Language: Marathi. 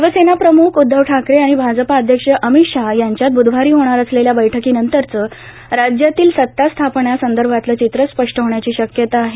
शिवसेना प्रमुख उदधव ठाकरे आणि भाजप अध्यक्ष अमित शाह यांच्यात ब्धवारी होणार असलेल्या बैठकीनंतरच राज्यातील सतास्थापन्या संदर्भातलं चित्र स्पष्ट होण्याची शक्यता आहे